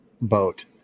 boat